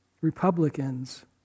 Republicans